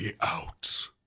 out